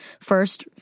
first